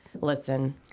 Listen